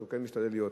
שהוא כן משתדל להיות,